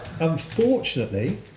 unfortunately